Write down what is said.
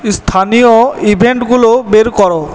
স্থানীয় ইভেন্টগুলো বের করো